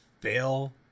fail